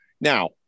Now